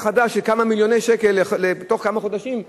החדש של כמה מיליוני שקלים בתוך כמה חודשים,